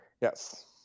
yes